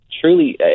truly